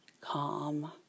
calm